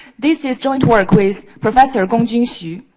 this is joint work with professor gom jin xiu.